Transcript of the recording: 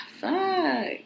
fuck